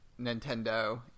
Nintendo